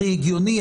הכי הגיוני,